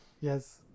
yes